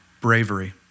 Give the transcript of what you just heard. Bravery